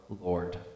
Lord